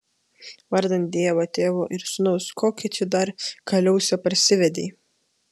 vardan dievo tėvo ir sūnaus kokią čia dar kaliausę parsivedei